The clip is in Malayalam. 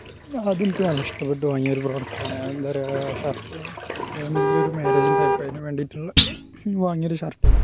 ആ അതെനിക്ക് നല്ല ഇഷ്ടപ്പെട്ടു വാങ്ങിയ ഒരു പ്രോഡക്റ്റാണ് അതെന്താ പറയുക ഷർട്ട് ഫാമിലിയിൽ ഒരു മാരേജ് ഉണ്ടായപ്പോൾ അതിന് വേണ്ടിയിട്ടുള്ള വാങ്ങിയ ഒരു ഷർട്ട് ആയിരുന്നു